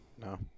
No